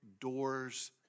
doors